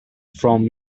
from